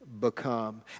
become